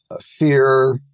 fear